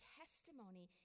testimony